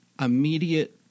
immediate